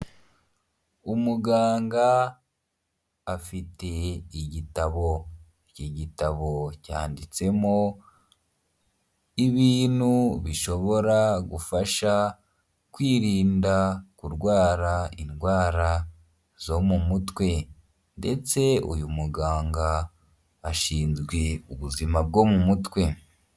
Umuganga afite igitabo iki gitabo cyanditsemo ibintu bishobora gufasha kwirinda kurwara indwara zo mu mutwe ndetse uyu muganga ashinzwe ubuzima bwo mu mutwe.